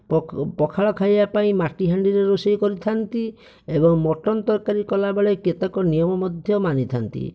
ପଖାଳ ଖାଇବା ପାଇଁ ମାଟି ହାଣ୍ଡିରେ ରୋଷେଇ କରିଥାନ୍ତି ଏବଂ ମଟନ ତରକାରୀ କଲାବେଳେ କେତେକ ନିୟମ ମଧ୍ୟ ମାନିଥାନ୍ତି